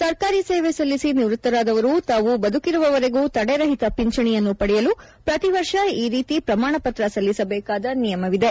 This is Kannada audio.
ಸರ್ಕಾರಿ ಸೇವೆ ಸಲ್ಲಿಸಿ ನಿವೃತ್ತರಾದವರು ತಾವು ಬದುಕಿರುವವರೆಗೂ ತಡೆರಹಿತ ಪಿಂಚಣಿಯನ್ನು ಪಡೆಯಲು ಪ್ರತಿವರ್ಷ ಈ ರೀತಿ ಪ್ರಮಾಣಪತ್ರ ಸಲ್ಲಿಸಬೇಕಾದ ನಿಯಮವಿದೆ